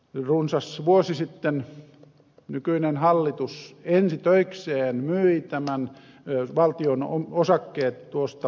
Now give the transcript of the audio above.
runsas vuosi sitten nykyinen hallitus ensi töikseen myi valtion osakkeet tuosta yhtiöstä